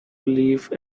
leave